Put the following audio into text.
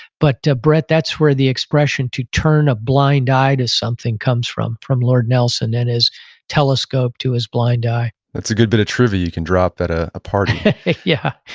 but brett, that's where the expression to turn a blind eye to something comes from, from lord nelson and his telescope to his blind eye that's a good bit of trivia you can drop at ah a party yeah,